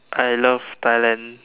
I love Thailand